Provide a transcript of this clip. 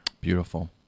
Beautiful